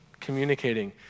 Communicating